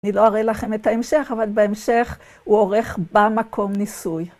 אני לא אראה לכם את ההמשך, אבל בהמשך הוא עורך במקום ניסוי.